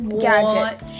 gadget